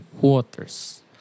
waters